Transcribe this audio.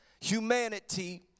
humanity